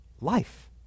Life